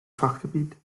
fachgebiet